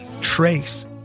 trace